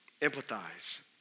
empathize